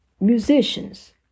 musicians